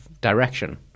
direction